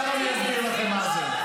--- עכשיו אני אסביר לכם מה זה.